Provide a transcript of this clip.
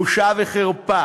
בושה וחרפה,